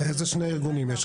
איזה שני ארגונים?